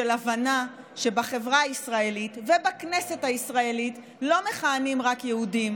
של הבנה שבחברה הישראלית ובכנסת הישראלית לא מכהנים רק יהודים,